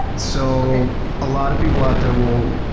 so a lot of people out there will,